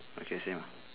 okay same ah